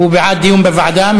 הוא בעד דיון בוועדה,